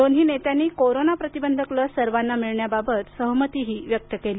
दोन्ही नेत्यांनी कोरोना प्रतिबंधक लस सर्वांना मिळण्याबाबतही सहमती व्यक्त केली